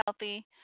healthy